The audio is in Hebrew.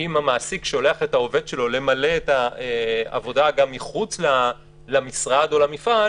אם המעסיק שולח את העובד שלו למלא את העבודה גם מחוץ למשרד או למפעל,